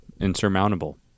insurmountable